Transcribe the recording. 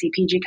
CPG